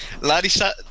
Larissa